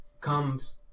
Comes